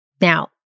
Now